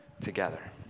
together